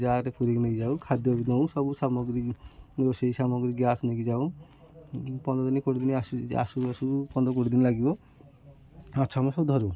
bag ରେ ପୁରେଇକି ନେଇକି ଯାଉ ଖାଦ୍ୟ ବି ନଉ ସବୁ ସାମଗ୍ରୀ ରୋଷେଇ ସାମଗ୍ରୀ ଗ୍ୟାସ୍ ନେଇକି ଯାଉ ପନ୍ଦର ଦିନ କୋଡ଼ିଏ ଦିନ ଆସୁ ଆସୁ ଆସୁ ପନ୍ଦର କୋଡ଼ିଏ ଦିନ ଲାଗିବ ମାଛ ଆମେ ସବୁ ଧରୁ